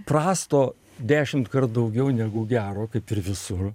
prasto dešimtkart daugiau negu gero kaip ir visur